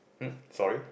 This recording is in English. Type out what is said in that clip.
hm sorry